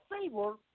Favor